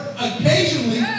Occasionally